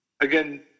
Again